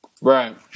Right